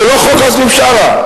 זה לא חוק עזמי בשארה.